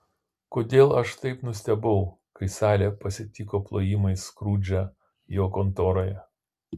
kodėl aš taip nustebau kai salė pasitiko plojimais skrudžą jo kontoroje